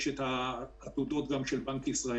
יש גם את העתודות של בנק ישראל.